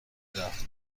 رفت